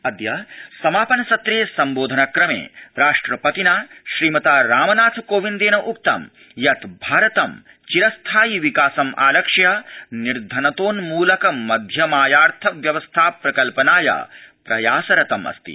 अद्य समापन सत्रे संबोधनक्रमे राष्ट्रपतिना रामनाथ कोविन्देन उक्तं यत् भारतं चिरस्थायि विकासम् आलक्ष्य निर्धनतोन्मुलक मध्यमायार्थ व्यवस्था प्रकत्पनाय प्रयासरतम् अस्ति